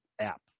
app